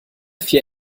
vier